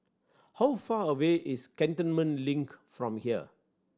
how far away is Cantonment Link from here